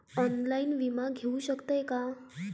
Online विमा घेऊ शकतय का?